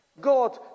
God